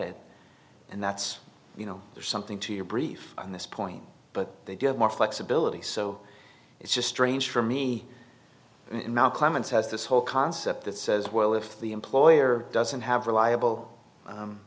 it and that's you know there's something to your brief on this point but they do have more flexibility so it's just strange for me and now clements has this whole concept that says well if the employer doesn't have reliable